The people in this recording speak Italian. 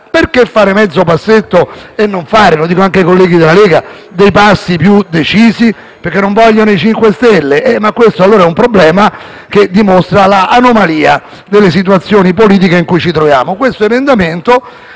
Perché fare mezzo passo e non fare - lo dico anche ai colleghi della Lega - dei passi più decisi? Perché non vogliono i 5 Stelle? Ma allora questo è un problema che dimostra l'anomalia della situazione politica in cui ci troviamo.